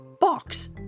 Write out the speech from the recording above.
box